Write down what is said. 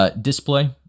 Display